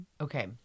Okay